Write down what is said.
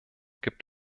gibt